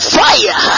fire